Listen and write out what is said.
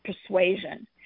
persuasion